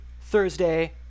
Thursday